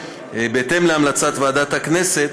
בהתאם להמלצת ועדת הכנסת,